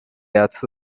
yatse